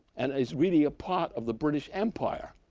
and is really a part of the british empire,